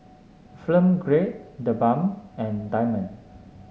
Grade TheBalm and Diamond